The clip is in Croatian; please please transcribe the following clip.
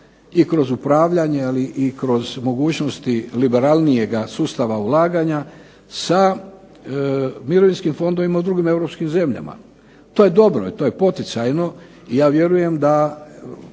i kroz upravljanje ali i kroz mogućnosti liberalnijeg sustava ulaganja sa mirovinskim fondovima u drugim europskim zemljama. To je dobro, to je poticajno i to je